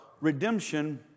redemption